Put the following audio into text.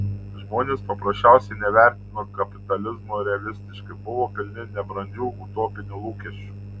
žmonės paprasčiausiai nevertino kapitalizmo realistiškai buvo pilni nebrandžių utopinių lūkesčių